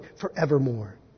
forevermore